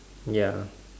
ya